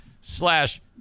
slash